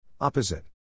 Opposite